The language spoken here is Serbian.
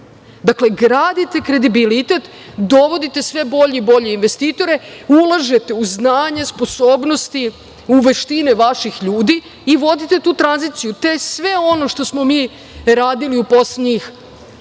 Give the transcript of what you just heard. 44.Dakle, gradite kredibilitet, dovodite sve bolje i bolje investitore, ulažete u znanje, sposobnosti, u veštine vaših ljudi i vodite tu tranziciju. To je sve ono što smo radili u poslednjih pet